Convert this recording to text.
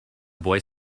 boy